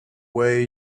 way